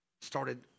started